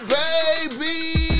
baby